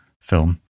film